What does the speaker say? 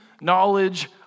knowledge